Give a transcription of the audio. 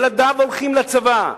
ילדיו הולכים לצבא,